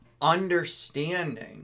understanding